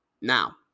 Now